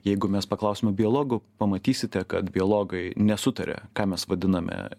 jeigu mes paklausime biologų pamatysite kad biologai nesutaria ką mes vadiname